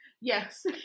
Yes